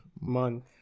month